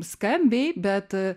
skambiai bet